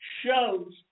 shows